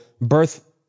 birth